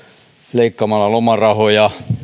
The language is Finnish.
leikkaamalla lomarahoja